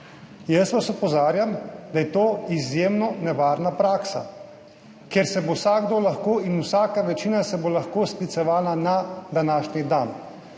Jaz vas opozarjam, da je to izjemno nevarna praksa, kjer se bo vsakdo lahko in vsaka večina se bo lahko sklicevala na današnji dan.